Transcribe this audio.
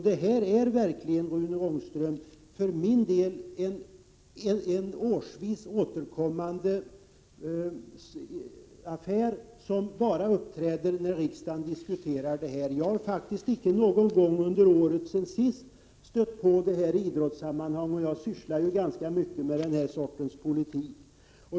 Det här är verkligen, Rune Ångström, för min del en årsvis återkommande affär, som bara uppträder när riksdagen diskuterar detta. Jag har faktiskt icke någon någon gång under året sedan sist stött på detta i idrottssammanhang — och jag sysslar ändå ganska mycket med den sortens politik.